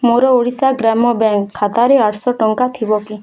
ମୋର ଓଡ଼ିଶା ଗ୍ରାମ୍ୟ ବ୍ୟାଙ୍କ୍ ଖାତାରେ ଆଠଶହ ଟଙ୍କା ଥିବ କି